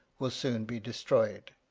will soon be destroyed.